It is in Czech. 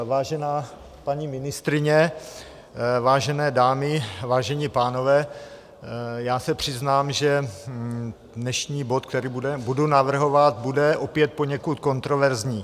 Vážená paní ministryně, vážené dámy, vážení pánové, přiznám se, že dnešní bod, který budu navrhovat, bude opět poněkud kontroverzní.